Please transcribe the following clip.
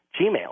gmail